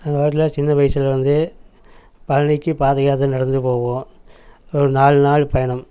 அந்த காலத்தில் சின்ன வயசுலேருந்தே பழனிக்கு பாதையாத்தர நடந்து போவோம் அது ஒரு நாலு நாள் பயணம்